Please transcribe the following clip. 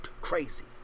Crazy